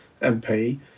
MP